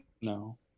No